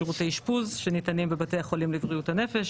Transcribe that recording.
ושירותי אשפוז שניתנים בבתי החולים לבריאות הנפש,